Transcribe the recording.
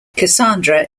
cassandra